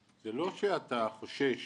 זה לא שאתה חושש